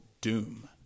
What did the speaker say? doom